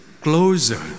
closer